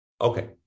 Okay